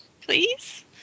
please